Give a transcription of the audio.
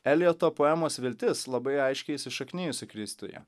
eljoto poemos viltis labai aiškiai įsišaknijusi kristuje